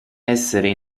essere